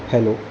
hello